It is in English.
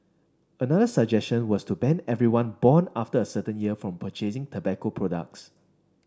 another suggestion was to ban everyone born after a certain year from purchasing tobacco products